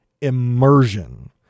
immersion